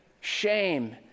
shame